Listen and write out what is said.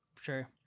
Sure